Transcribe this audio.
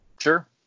Sure